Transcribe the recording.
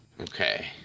Okay